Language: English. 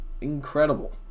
Incredible